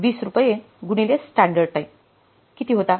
20 रुपये गुणिले स्टँडर्ड टाइमकिती होता